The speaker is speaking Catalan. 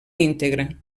íntegre